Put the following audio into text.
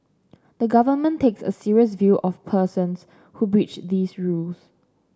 the Government takes a serious view of persons who breach these rules